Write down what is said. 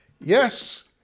Yes